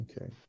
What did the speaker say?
okay